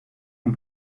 con